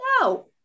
No